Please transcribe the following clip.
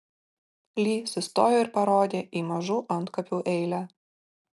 li sustojo ir parodė į mažų antkapių eilę